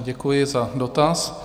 Děkuji za dotaz.